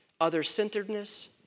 other-centeredness